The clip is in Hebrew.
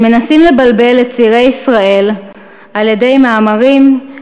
הם מנסים לבלבל את צעירי ישראל על-ידי מאמרים,